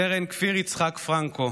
סרן כפיר יצחק פרנקו,